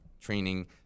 training